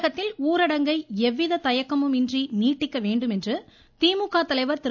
தமிழகத்தில் ஊரடங்கை எவ்வித தயக்கமும் இன்றி நீட்டிக்க வேண்டும் என்று திமுக தலைவர் திரு